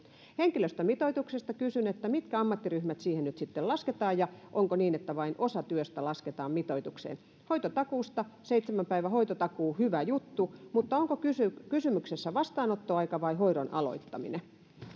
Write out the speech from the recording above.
henkilöstömitoituksesta kysyn mitkä ammattiryhmät nyt siihen sitten lasketaan ja onko niin että vain osa työstä lasketaan mitoitukseen hoitotakuusta seitsemän päivän hoitotakuu hyvä juttu mutta onko kysymyksessä kysymyksessä vastaanottoaika vai hoidon aloittaminen